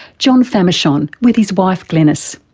john famechon, with his wife glenys.